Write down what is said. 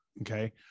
okay